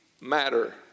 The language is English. matter